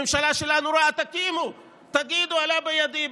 הממשלה שלנו רעה, תקימו, תגידו: עלה בידי.